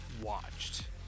watched